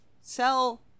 sell